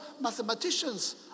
mathematicians